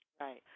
Right